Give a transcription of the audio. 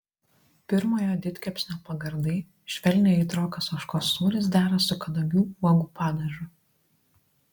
pirmojo didkepsnio pagardai švelniai aitrokas ožkos sūris dera su kadagių uogų padažu